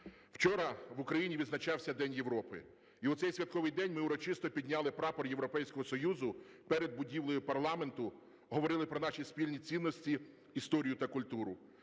Вчора в Україні відзначався День Європи і в цей святковий день ми урочисто підняли прапор Європейського Союзу перед будівлею парламенту, говорили на наші спільні цінності, історію та культуру.